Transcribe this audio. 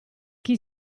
chi